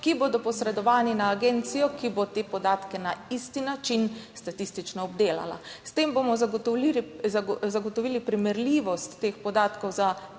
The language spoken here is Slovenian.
ki bodo posredovani na agencijo, ki bo te podatke na isti način statistično obdelala. S tem bomo zagotovili primerljivost teh podatkov za celo